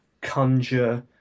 conjure